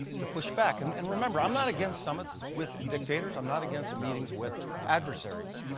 to push back. and, and remember, i'm not against summits with dictators. i'm not against meetings with adversaries.